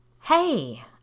Hey